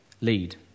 lead